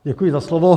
Děkuji za slovo.